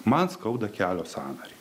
man skauda kelio sąnarį